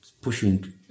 pushing